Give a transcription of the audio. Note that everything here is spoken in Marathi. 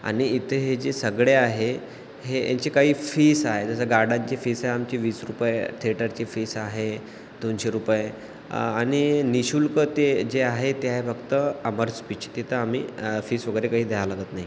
आणि इथे हे जे सगळे आहे हे ह्यांची काही फीस आहे जसं गार्डनची फीस आहे आमची वीस रुपये थिएटरची फीस आहे दोनशे रुपये आणि नि शुल्क ते जे आहे ते आहे फक्त अमर स्पीच तिथं आम्ही फीस वगैरे काही द्याया लागत नाही